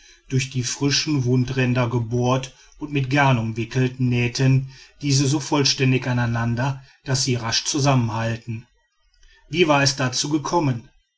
durch die frischen wundränder gebohrt und mit garn umwickelt nähten diese so vollständig aneinander daß sie rasch zusammenheilten wie war es dazu gekommen